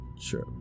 Sure